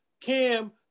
Cam